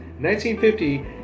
1950